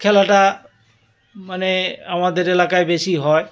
খেলাটা মানে আমাদের এলাকায় বেশি হয়